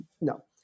No